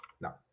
No